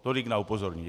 Tolik na upozornění.